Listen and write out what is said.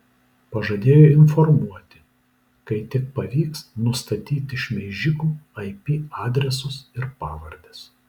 pažadėjo informuoti kai tik pavyks nustatyti šmeižikų ip adresus ir pavardes